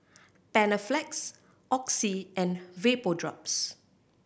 Panaflex Oxy and Vapodrops